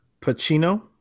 Pacino